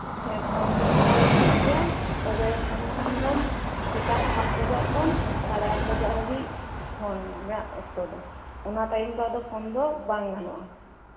ᱦᱮᱸ ᱛᱳ ᱯᱷᱳᱱ ᱛᱮᱦᱚᱸ ᱚᱞ ᱜᱟᱱᱚᱜ ᱜᱮᱭᱟ ᱯᱷᱳᱱ ᱠᱷᱟᱱ ᱫᱚᱢ ᱥᱮᱛᱟᱜ ᱥᱟᱛ ᱵᱟᱡᱟᱜ ᱠᱷᱚᱡ ᱥᱟᱲᱮ ᱟᱴ ᱵᱟᱡᱟᱜ ᱦᱟᱹᱵᱤᱡ ᱯᱷᱳᱱ ᱨᱮᱭᱟᱜ ᱚᱠᱛᱚ ᱫᱚ ᱚᱱᱟ ᱴᱟᱭᱤᱢ ᱯᱨᱮ ᱫᱚ ᱯᱷᱳᱱ ᱫᱚ ᱵᱟᱝ ᱜᱟᱱᱚᱜᱼᱟ